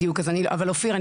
אבל אופיר,